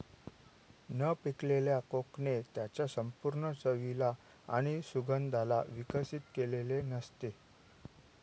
न पिकलेल्या कोकणे त्याच्या संपूर्ण चवीला आणि सुगंधाला विकसित केलेले नसते